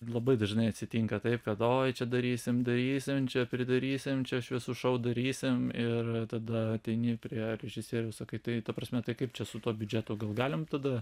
labai dažnai atsitinka taip kad oi čia darysim darysim čia pridarysim čia šviesų šou darysim ir tada ateini prie režisieriaus sakai tai ta prasme tai kaip čia su tuo biudžetu galim tada